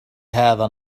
هذا